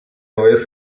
neues